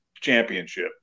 championship